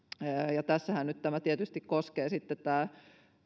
ja tässähän nyt tietysti tämä